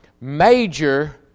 major